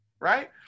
right